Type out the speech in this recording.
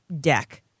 deck